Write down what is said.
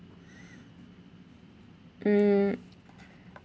mm